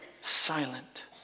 silent